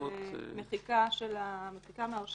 אני מצטרף למה שנאמר כאן.